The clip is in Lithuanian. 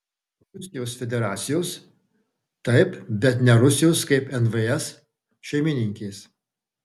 rusijos federacijos taip bet ne rusijos kaip nvs šeimininkės